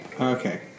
Okay